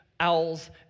owls